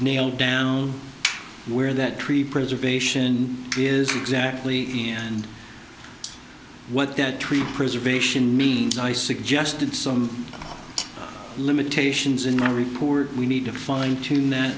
nail down where that tree preservation is exactly and what that tree preservation mean i suggested some limitations in our report we need to fine tune that